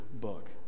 book